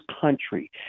country